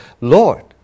Lord